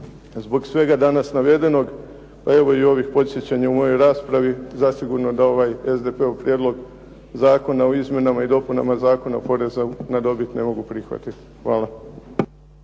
Zbog svega danas navedenog, evo i ovih podsjećanja u mojoj raspravi, zasigurno da ovaj SDP-ov Prijedlog zakona o Izmjenama i dopunama Zakona o porezu na dobit ne mogu prihvatit. Hvala.